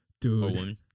Dude